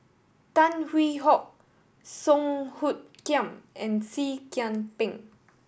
Tan Hwee Hock Song Hoot Kiam and Seah Kian Peng